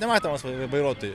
nematomas vairuotojui